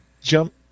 jump